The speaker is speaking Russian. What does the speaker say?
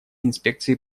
инспекции